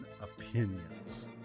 opinions